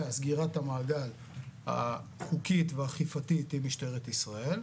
סגירת המעגל החוקית והאכיפתית עם משטרת ישראל.